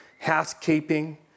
housekeeping